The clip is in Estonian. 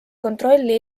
kontrolli